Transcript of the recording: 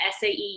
SAE